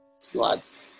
Sluts